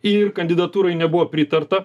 ir kandidatūrai nebuvo pritarta